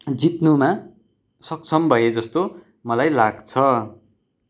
जित्नुमा सक्षम भएँ जस्तो मलाई लाग्छ